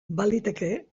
baliteke